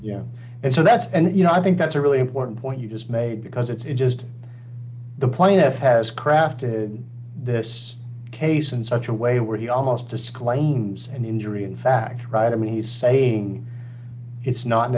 know and so that's and you know i think that's a really important point you just made because it's just the plaintiff has crafted this case in such a way where he almost disclaims and injury in fact right i mean he's saying it's not